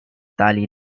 tali